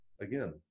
again